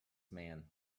man